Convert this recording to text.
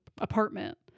apartment